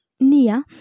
Nia